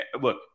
look